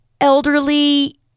elderly